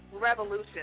Revolution